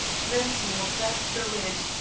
mensmore backed the red,